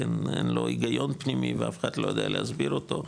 אין לו היגיון פנימי ואף אחד לא יודע להסביר אותו,